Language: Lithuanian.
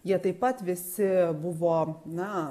jie taip pat visi buvo na